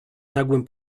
nagłym